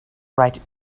write